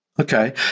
Okay